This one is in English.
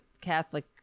Catholic